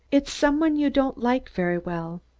it's some one you don't like very well.